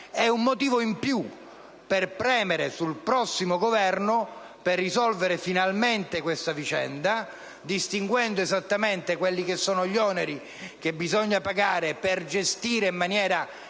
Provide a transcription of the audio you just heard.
un motivo in più per premere sul prossimo Governo affinché risolva finalmente questa vicenda, distinguendo esattamente gli oneri che bisogna pagare per gestire in maniera